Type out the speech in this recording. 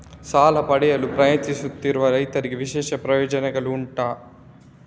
ಸಾಲ ಪಡೆಯಲು ಪ್ರಯತ್ನಿಸುತ್ತಿರುವ ರೈತರಿಗೆ ವಿಶೇಷ ಪ್ರಯೋಜನೆಗಳು ಉಂಟಾ?